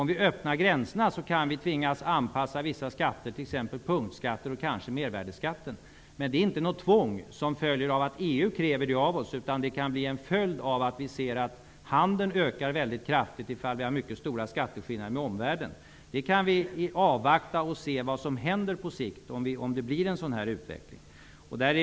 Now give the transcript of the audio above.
Om vi öppnar gränserna kan vi tvingas anpassa vissa skatter, t.ex. punktskatter och kanske mervärdesskatten. Men det är inte något tvång som följer av att EU kräver det av oss, utan det kan bli en följd av att vi ser att handeln ökar väldigt kraftigt om vi har stora skatteskillnader jämfört med omvärlden. Vi kan avvakta och se om det på sikt blir en sådan här utveckling.